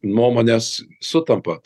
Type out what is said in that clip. nuomonės sutampa